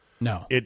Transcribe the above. No